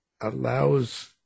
allows